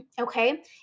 Okay